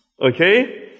Okay